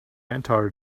entire